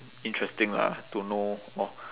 interesting lah to know more